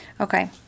Okay